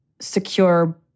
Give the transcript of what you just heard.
secure